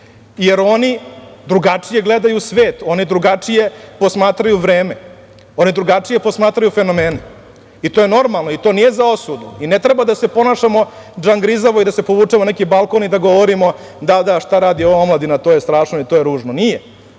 jer oni drugačije gledaju svet, oni drugačije posmatraju vreme, oni drugačije posmatraju fenomene. To je normalno i to nije za osudu i ne treba da se ponašamo džangrizavo i da se povučemo na neki balkon i da govorimo – šta radi ova omladina, to je strašno i to je ružno. Nije.